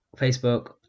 Facebook